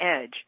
edge